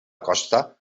costa